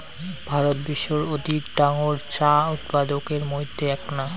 ভারত বিশ্বর অধিক ডাঙর চা উৎপাদকের মইধ্যে এ্যাকনা